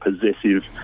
possessive